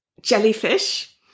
jellyfish